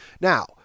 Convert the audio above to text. Now